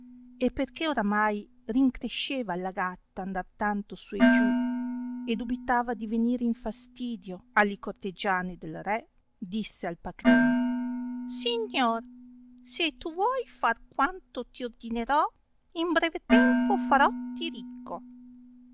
e perchè oramai rincresceva alla gatta andar tanto su e giù e dubitava di venire in fastidio alli corteggiani del re disse al patrone signor se tu vuoi far quanto ti ordinerò in breve tempo farotti ricco